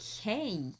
okay